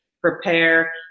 prepare